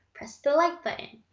press the like button.